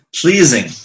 pleasing